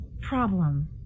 problem